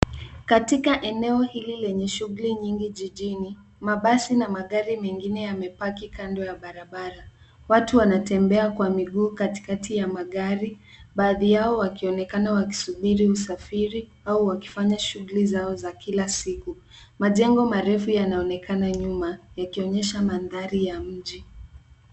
Katika eneo hili lenye shughuli nyingi jijini, mabasi na magari mengine yamepaki kando ya barabara. Watu wanatembea kwa miguu katikati ya magari, baadhi yao wakionekana wakisubiri usafiri au wakifanya shughuli zao za kila siku. Majengo marefu yanaonekana nyuma, yakionyesha mandhari ya mji.